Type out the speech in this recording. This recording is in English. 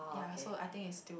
yeah so I think it's still